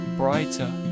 brighter